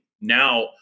now